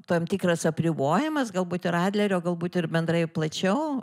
tam tikras apribojimas galbūt ir adlerio galbūt ir bendrai plačiau